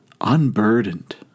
unburdened